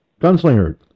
Gunslinger